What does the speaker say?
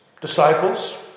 disciples